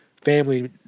family